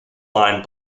line